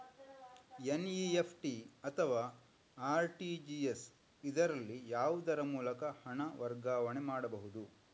NEFT ಅಥವಾ RTGS, ಇದರಲ್ಲಿ ಯಾವುದರ ಮೂಲಕ ಹಣ ವರ್ಗಾವಣೆ ಮಾಡಬಹುದು?